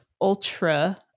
ultra